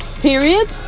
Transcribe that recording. period